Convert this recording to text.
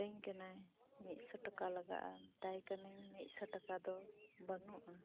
ᱢᱮᱛᱟᱧ ᱠᱟᱱᱟᱭ ᱢᱤᱫ ᱥᱚ ᱴᱟᱠᱟ ᱞᱟᱜᱟᱜᱼᱟ ᱢᱮᱛᱟᱭ ᱠᱟᱱᱟᱹᱧ ᱢᱤᱫ ᱥᱚ ᱴᱟᱠᱟ ᱫᱚ ᱵᱟᱹᱱᱩᱜᱼᱟ